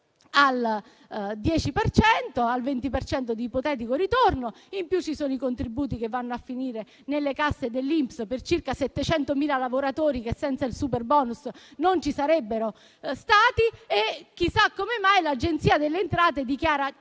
al 20 per cento di ipotetico ritorno. Ci sono inoltre i contributi che vanno a finire nelle casse dell'INPS per circa 700.000 lavoratori che senza il superbonus non ci sarebbero stati. Chissà come mai l'Agenzia delle entrate dichiara 140